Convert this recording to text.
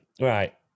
Right